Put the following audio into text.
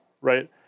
right